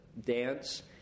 dance